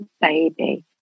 baby